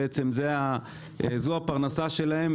זו הפרנסה שלהם,